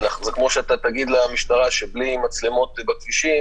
זה כמו שתגיד למשטרה שבלי מצלמות בכבישים